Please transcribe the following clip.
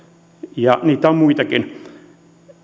niitä on muitakin